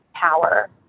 power